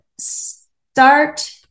Start